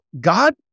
god